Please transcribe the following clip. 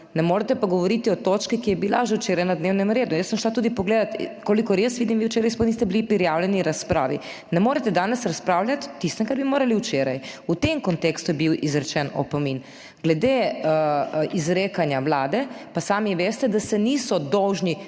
(JJ) – 17.30** (nadaljevanje) bila že včeraj na dnevnem redu. Jaz sem šla tudi pogledati, kolikor jaz vidim, vi včeraj sploh niste bili prijavljeni k razpravi, ne morete danes razpravljati o tistem, kar bi morali včeraj. V tem kontekstu je bil izrečen opomin. Glede izrekanja Vlade pa sami veste, da se niso dolžni